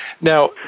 Now